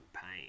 pain